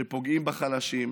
היא שפוגעים בחלשים,